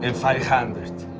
and five hundred.